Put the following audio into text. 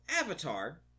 Avatar